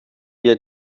wir